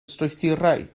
strwythurau